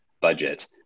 budget